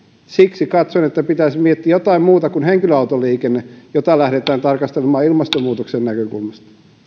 siksi katson että pitäisi miettiä jotain muuta kuin henkilöautoliikenne jota lähdetään tarkastelemaan ilmastonmuutoksen näkökulmasta